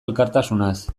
elkartasunaz